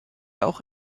auch